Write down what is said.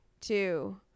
two